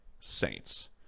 Saints